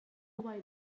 white